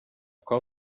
qual